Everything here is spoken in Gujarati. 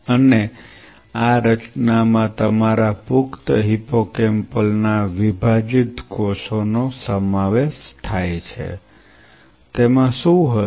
અને આ રચનામાં તમારા પુખ્ત હિપ્પોકેમ્પલ ના વિભાજીત કોષોનો સમાવેશ થાય છે તેમાં શું હશે